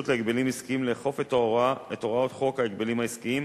להגבלים עסקיים לאכוף את הוראות חוק ההגבלים העסקיים,